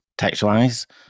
Textualize